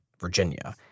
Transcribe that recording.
Virginia